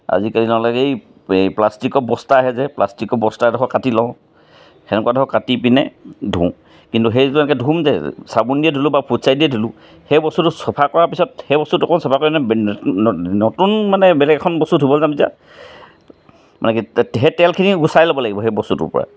আজিকালি নহ'লে এই প্লাষ্টিকৰ বস্তা আহে যে প্লাষ্টিকৰ বস্তা এডোখৰ কাটি লওঁ সেনেকুৱা এডোখৰ কাটি পিনে ধুওঁ কিন্তু সেইটো এনেকৈ ধুম যে চাবোন দিয়ে ধুলোঁ বা ফুটছাই দিয়ে ধুলোঁ সেই বস্তুটো চাফা কৰাৰ পিছত সেই বস্তুটো অকণ চাফা কৰি পিনে নতুন মানে বেলেগ এখন বস্তু ধুব যাম যেতিয়া মানে কি তেলখিনি গুচাই ল'ব লাগিব সেই বস্তুটোৰ পৰা